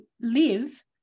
live